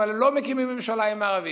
אבל הם לא מקימים ממשלה עם הערבים.